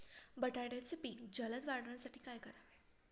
बटाट्याचे पीक जलद वाढवण्यासाठी काय करावे?